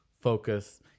focus